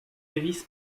davis